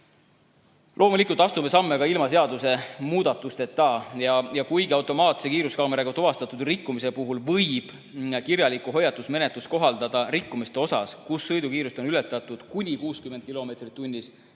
Loomulikult astume samme ka ilma seadusemuudatusteta. Kuigi automaatse kiiruskaameraga tuvastatud rikkumise puhul võib kirjalikku hoiatusmenetlust kohaldada rikkumiste osas, kus sõidukiirust on ületatud kuni 60 kilomeetrit tunnis, oleme